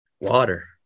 Water